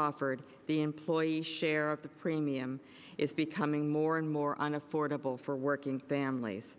offered the employee share of the premium is becoming more and more an affordable for working families